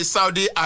Saudi